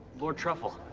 lord truffle.